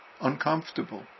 uncomfortable